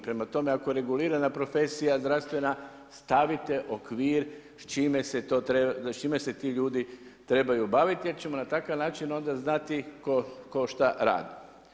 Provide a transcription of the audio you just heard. Prema tome, ako je regulirana profesija zdravstvena stavite okvir s čime se ti ljudi trebaju baviti jer ćemo na takav način onda znati tko šta radi.